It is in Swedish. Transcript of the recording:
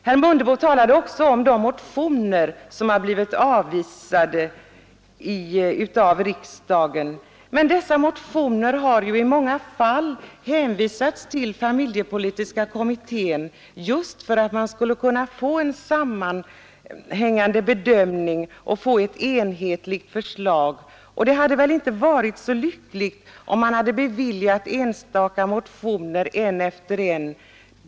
Herr Mundebo talade också om de motioner som blivit avvisade av riksdagen. Men många av dessa motioner har ju hänvisats till familjepolitiska kommittén just för att man skulle kunna få en sammanhängande bedömning och få ett enhetligt förslag. Det hade väl inte varit så lyckligt om riksdagen hade bifallit enstaka motioner en efter en.